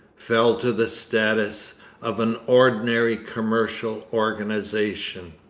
fell to the status of an ordinary commercial organization.